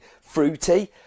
fruity